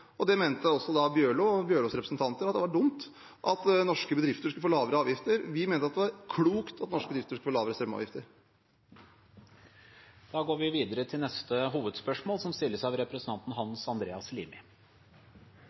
mente også Bjørlo og Bjørlos medrepresentanter at det var dumt at norske bedrifter skulle få lavere avgifter. Vi mente at det var klokt at norske bedrifter skulle få lavere strømavgifter. Vi går videre til neste hovedspørsmål. Denne vinteren opplever de fleste av oss at kjøpekraften svekkes som følge av